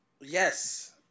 Yes